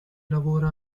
lavora